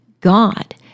God